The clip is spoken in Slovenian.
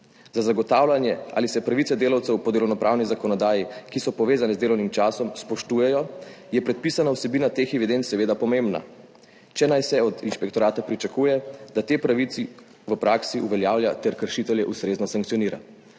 Za zagotavljanje tega, ali se pravice delavcev po delovnopravni zakonodaji, ki so povezane z delovnim časom, spoštujejo, je predpisana vsebina teh evidenc seveda pomembna, če naj se od inšpektorata pričakuje, da te pravice v praksi uveljavlja ter kršitelje ustrezno sankcionira.